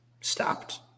stopped